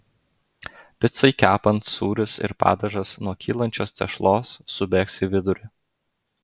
picai kepant sūris ir padažas nuo kylančios tešlos subėgs į vidurį